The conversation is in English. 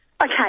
Okay